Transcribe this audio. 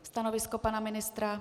Stanovisko pana ministra?